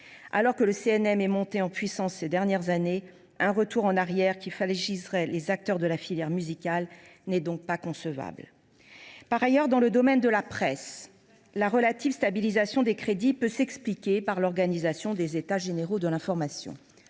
Alors que le CNM est monté en puissance, ces dernières années, un retour en arrière qui fragiliserait les acteurs de la filière musicale n’est pas concevable. Par ailleurs, dans le domaine de la presse, la relative stabilisation des crédits peut s’expliquer par l’organisation des états généraux de l’information.